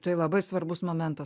tai labai svarbus momentas